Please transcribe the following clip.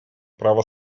право